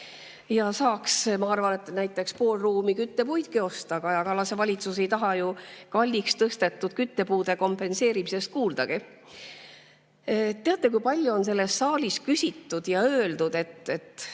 saaks, ma arvan, näiteks pool ruumi küttepuidki osta. Kaja Kallase valitsus ei taha ju kalliks [läinud] küttepuude kompenseerimisest kuuldagi. Teate, kui palju on selles saalis sellel teemal küsitud ja öeldud, et